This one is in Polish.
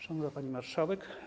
Szanowna Pani Marszałek!